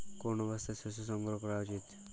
কোন অবস্থায় শস্য সংগ্রহ করা উচিৎ?